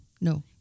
No